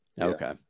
Okay